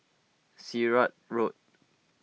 Sirat Road